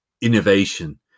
innovation